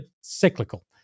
cyclical